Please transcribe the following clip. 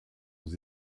aux